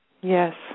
Yes